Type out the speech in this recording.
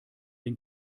den